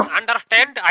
understand